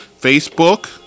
Facebook